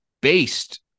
based